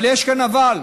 אבל יש כאן אבל.